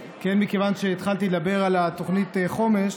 מכיוון שהתחלתי לדבר על תוכנית החומש,